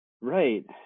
Right